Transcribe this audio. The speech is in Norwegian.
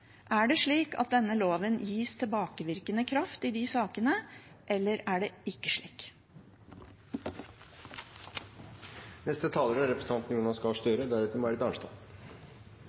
Er det slik at denne loven gis tilbakevirkende kraft i de sakene, eller er det ikke slik? Statsråd Listhaug forsøker å presisere. Det er